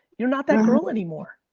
you're not that girl anymore.